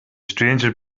stranger